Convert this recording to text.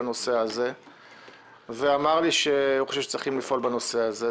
אליי בנושא הזה ואמר לי שהוא חושב שצריך לפעול בנושא הזה.